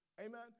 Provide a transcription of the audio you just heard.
Amen